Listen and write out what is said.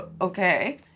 okay